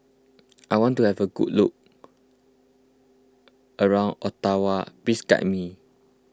I want to have a good look around Ottawa please guide me